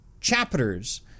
chapters